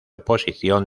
oposición